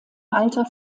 alter